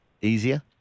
easier